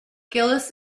gillis